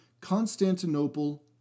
Constantinople